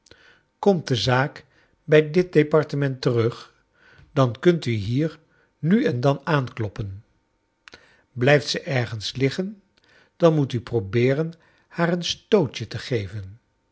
komt de zaak bij dit departement terug dan kunt u hier nu en dan aankloppen blijft ze ergens hggen dan moet u probeeren haar een stootje te geven